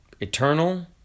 eternal